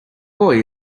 boy